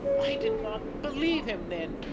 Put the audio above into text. i did not believe him then,